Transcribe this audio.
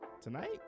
Tonight